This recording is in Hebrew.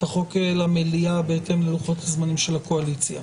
החוק למליאה בהתאם ללוחות הזמנים של הקואליציה.